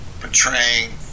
portraying